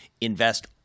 invest